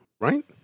Right